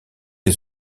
les